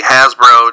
Hasbro